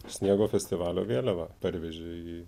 sniego festivalio vėliavą parveži į